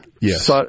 Yes